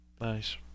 Nice